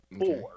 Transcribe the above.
Four